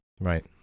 Right